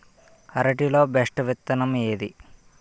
అరటి లో బెస్టు విత్తనం ఏది?